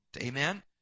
Amen